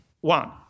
One